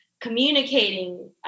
communicating